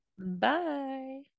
Bye